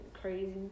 crazy